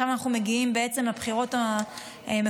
עכשיו אנחנו מגיעים בעצם לבחירות המקומיות,